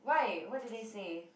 why what did they say